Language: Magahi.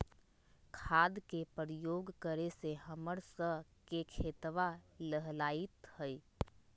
खाद के प्रयोग करे से हम्मर स के खेतवा लहलाईत हई